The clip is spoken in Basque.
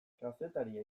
kazetaria